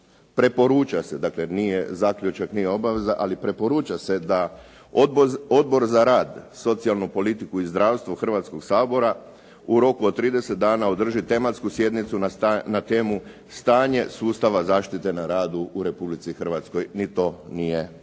"Preporuča se da Odbor za rad, socijalnu politiku i zdravstvo Hrvatskog sabor u roku od 30 dana održi tematsku sjednicu na temu "Stanje sustava zaštite na radu u Republici Hrvatskoj". Ni to nije učinjeno.